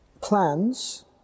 plans